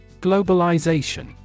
Globalization